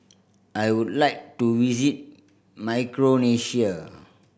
I would like to visit Micronesia